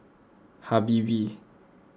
Habibie